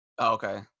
Okay